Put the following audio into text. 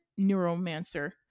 neuromancer